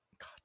god